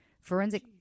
Forensic